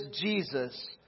Jesus